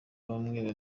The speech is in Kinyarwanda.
bamwe